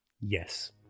yes